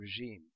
regime